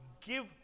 Give